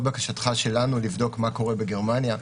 בקשתך ושלנו לבדוק מה קורה בגרמניה.